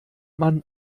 man